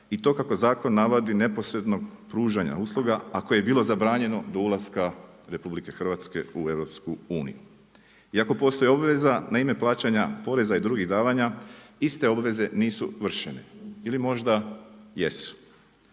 i to kako zakon navodi, neposrednog pružanja usluga a koje je bilo zabranjeno do ulaska RH u EU. Iako postoji obveza na ime plaćanja poreza i drugih davanja i ste obveze nisu vršene. Ili možda jesu.